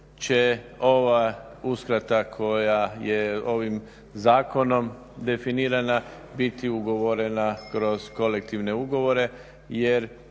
će ova uskrata koja je ovim zakonom definira biti ugovorena kroz kolektivne ugovore jer